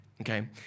okay